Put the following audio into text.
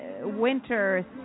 winter